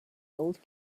old